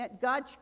God